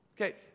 Okay